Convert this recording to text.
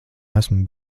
esmu